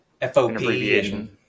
FOP